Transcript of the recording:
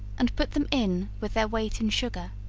and put them in with their weight in sugar